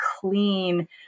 clean